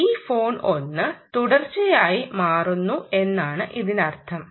ഈ ഫോൺ ഒന്ന് തുടർച്ചയായി മാറുന്നു എന്നാണ് ഇതിനർത്ഥം